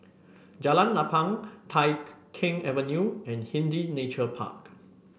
Jalan Lapang Tai Keng Avenue and Hindhede Nature Park